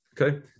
Okay